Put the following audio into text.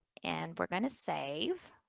and we're going to save.